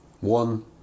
One